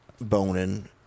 boning